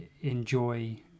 enjoy